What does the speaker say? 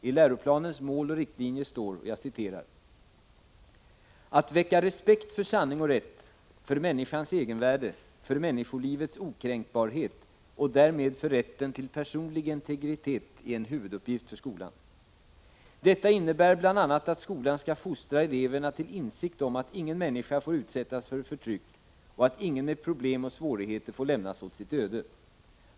I läroplanens mål och riktlinjer står: ”-—- Att väcka respekt för sanning och rätt, för människans egenvärde, för människolivets okränkbarhet och därmed för rätten till personlig integritet är en huvuduppgift för skolan. Detta innebär bl.a. att skolan skall fostra eleverna till insikt om att ingen människa får utsättas för förtryck och att ingen med problem och svårigheter får lämnas åt sitt öde.